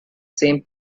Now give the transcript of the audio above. same